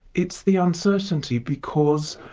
it's the uncertainty, because